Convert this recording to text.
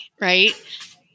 right